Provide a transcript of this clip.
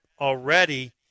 already